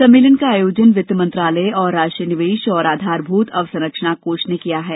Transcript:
सम्मेलन का आयोजन वित्त मंत्रालय और राष्ट्रीय निवेश और आधारभूत अवसंरचना कोष ने किया है